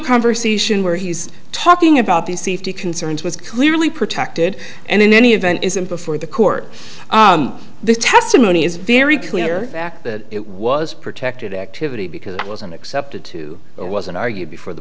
conversation where he's talking about these safety concerns was clearly protected and in any event isn't before the court the testimony is very clear that it was protected activity because it wasn't accepted to or wasn't argued before the